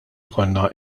ikollna